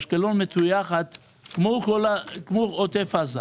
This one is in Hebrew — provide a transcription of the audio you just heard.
אשקלון מטווחת כמו עוטף עזה.